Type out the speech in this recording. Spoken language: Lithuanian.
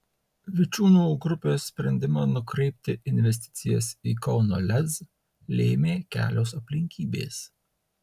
vičiūnų grupės sprendimą nukreipti investicijas į kauno lez lėmė kelios aplinkybės